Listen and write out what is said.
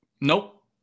Nope